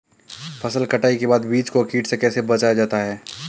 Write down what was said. फसल कटाई के बाद बीज को कीट से कैसे बचाया जाता है?